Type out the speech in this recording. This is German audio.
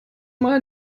mal